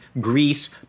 Greece